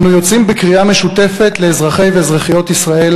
אנו יוצאים בקריאה משותפת לאזרחי ואזרחיות ישראל